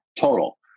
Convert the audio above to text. Total